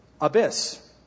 abyss